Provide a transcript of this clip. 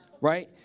Right